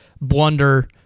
blunder